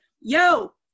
yo